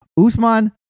Usman